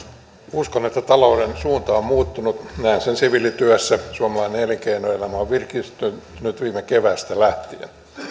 uskon että talouden suunta on muuttunut näen sen siviilityössä suomalainen elinkeinoelämä on virkistynyt viime keväästä lähtien